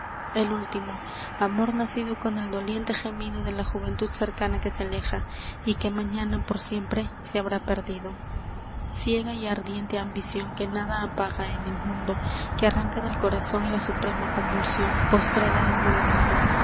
el último amor nacido con el doliente gemido de la juventud cercana que se aleja y que mañana por siempre se habrá perdido ciega y ardiente ambicion que nada apaga en el mundo que arranca del corazon la suprema convulsion postrera del moribundo